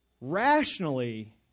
rationally